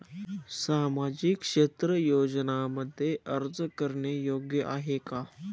सामाजिक क्षेत्र योजनांमध्ये अर्ज करणे योग्य आहे का?